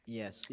yes